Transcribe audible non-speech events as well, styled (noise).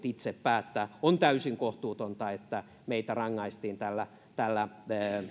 (unintelligible) itse päättää on täysin kohtuutonta että meitä rangaistiin tällä tällä